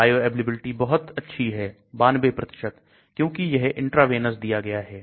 bioavailability बहुत अच्छी है 92 क्योंकि यह इंट्रावेनस दिया गया है